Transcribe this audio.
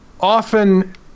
often